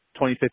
2015